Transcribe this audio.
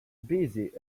busy